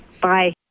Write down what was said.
bye